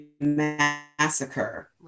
massacre